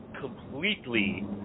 completely